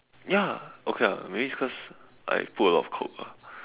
ya okay ah maybe it's because I put a lot of coke ah